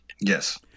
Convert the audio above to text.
Yes